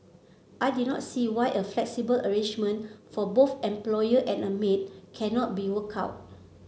I did not see why a flexible arrangement for both employer and a maid cannot be worked out